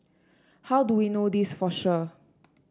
how do we know this for sure